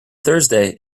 thursday